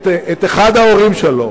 את אחד ההורים שלו,